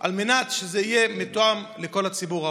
על מנת שהאוכל יהיה מותאם לכל הציבור.